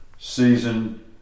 Season